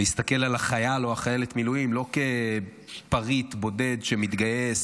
להסתכל על חייל או על חיילת מילואים לא כפרט בודד שמתגייס,